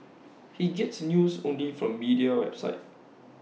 he gets news only from media websites